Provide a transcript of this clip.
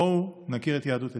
בואו נכיר את יהדות אתיופיה.